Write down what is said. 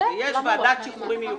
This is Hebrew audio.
ויש ועדת שחרורים מיוחדת.